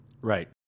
Right